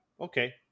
okay